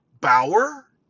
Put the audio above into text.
Bauer